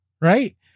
Right